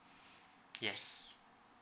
yes